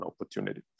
opportunity